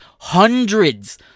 hundreds